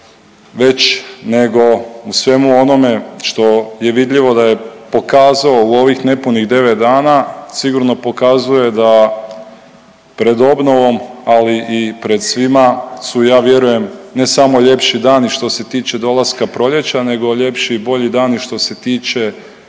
već, nego u svemu onome što je vidljivo da je pokazao u ovih nepunih 9 dana, sigurno pokazuje da pred obnovom, ali i pred svima su, ja vjerujem, ne samo ljepši dani što se tiče dolaska proljeća, nego ljepši i bolji dani što se tiče